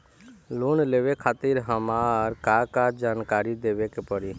Loan लेवे खातिर हमार का का जानकारी देवे के पड़ी?